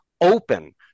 open